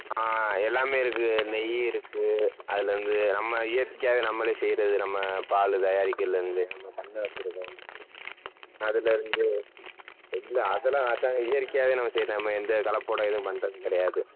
எல்லாமே இருக்குது நெய் இருக்குது அதில் வந்து நம்ம இயற்கையாகவே நம்மளே செய்யறது நம்ம பால் தயாரிக்கிறதுலேர்ந்து நம்ம பண்ண வைச்சுருக்கோம் அதுலேருந்து இல்லை அதெலாம் அதாங்க இயற்கையாகவே நம்ம செய்யறது நம்ம எந்தக் கலப்படம் ஏதும் பண்றதுக் கிடையாது